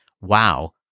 wow